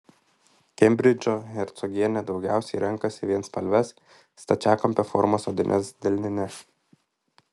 kembridžo hercogienė daugiausiai renkasi vienspalves stačiakampio formos odines delnines